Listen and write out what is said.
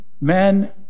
men